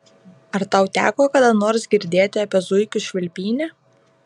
ar tau teko kada nors girdėti apie zuikių švilpynę